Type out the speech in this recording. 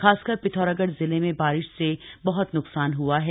खासकर पिथौरागढ़ जिले में बारिश से बह्त न्कसान हआ है